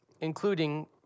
including